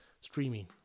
streaming